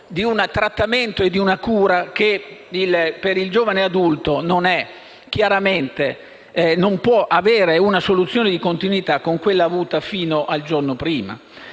di un trattamento e una cura che, per il giovane adulto, non possono non avere una soluzione di continuità con quelle avuta fino al giorno prima.